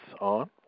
on